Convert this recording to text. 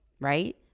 right